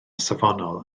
safonol